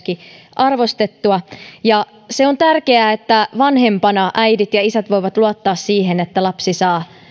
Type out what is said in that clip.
arvostettua se on tärkeää että vanhempina äidit ja isät voivat luottaa siihen että lapsi saa